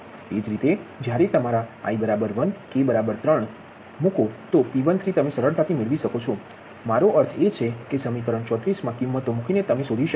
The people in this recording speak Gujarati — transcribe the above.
એ જ રીતે જ્યારે તમારા i 1 k 3 P13 તમે સરળતાથી મેળવી શકો છો મારો અર્થ એ છે કે સમીકરણ 34 મા કીમતો મુકીને તમે શોધી શકો છો